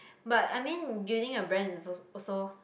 but I mean using a brand is also also